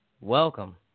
welcome